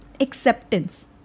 acceptance